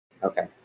Okay